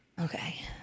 Okay